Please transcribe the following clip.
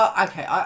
okay